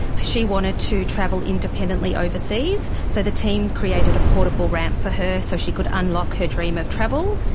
she wanted to travel independently overseas, so the team created a portable ramp for her so she could unlock her dream of travel.